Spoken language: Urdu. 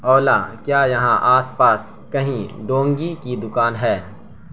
اولا کیا یہاں آس پاس کہیں ڈونگی کی دکان ہے